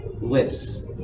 lifts